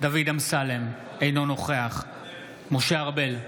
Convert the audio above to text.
דוד אמסלם, אינו נוכח משה ארבל,